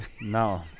no